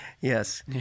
Yes